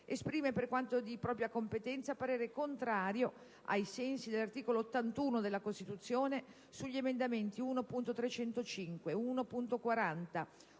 esprime, per quanto di propria competenza, parere contrario, ai sensi dell’articolo 81 della Costituzione, sugli emendamenti 6.300 e 7.3,